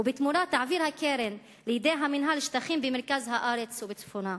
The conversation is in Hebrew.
ובתמורה תעביר הקרן לידי המינהל שטחים במרכז הארץ ובצפונה.